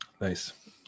Nice